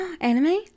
Anime